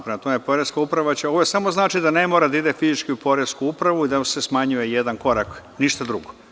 Prema tome, poreska uprava će, ovo znači da ne mora da ide fizički u poresku upravu, da nam se smanjuje jedan korak, ništa drugo.